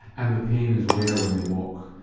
and the pain is where when they walk?